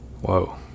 Whoa